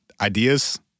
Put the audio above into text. ideas